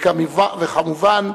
וכמובן,